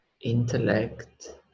intellect